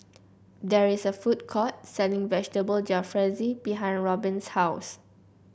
there is a food court selling Vegetable Jalfrezi behind Robyn's house